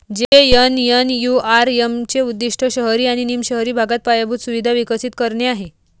JNNURM चे उद्दीष्ट शहरी आणि निम शहरी भागात पायाभूत सुविधा विकसित करणे आहे